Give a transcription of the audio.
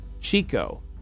Chico